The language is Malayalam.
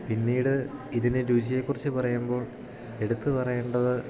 പിന്നീട് ഇതിനെ രുചിയെക്കുറിച്ച് പറയുമ്പോൾ എടുത്ത് പറയേണ്ടത്